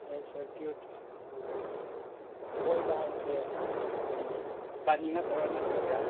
ꯌꯥꯏ ꯁꯥꯔꯀ꯭ꯌꯨꯠ ꯀꯣꯏꯕ ꯍꯥꯏꯕꯁꯦ ꯀꯔꯤ ꯒꯥꯔꯤ ꯅꯠꯇ꯭ꯔ ꯅꯠꯇ꯭ꯔꯒ